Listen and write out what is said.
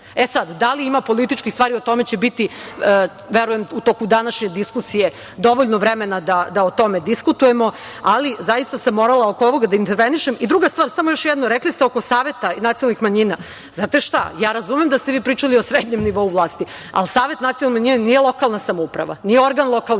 sad, da li ima političkih stvari? O tome će biti, verujem, u toku današnje diskusije dovoljno vremena da o tome diskutujemo, ali zaista sam morala oko ovoga da intervenišem. Druga stvar, samo još jedno. Rekli ste oko Saveta nacionalnih manjina. Znate šta, ja razumem da ste vi pričali o srednjem nivou vlasti, ali Savet nacionalnih manjina nije lokalna samouprava, nije organ lokane